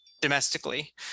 domestically